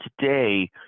today